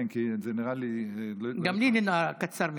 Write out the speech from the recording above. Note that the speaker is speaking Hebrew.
כן, כי זה נראה לי, גם לי זה נראה קצר מדי.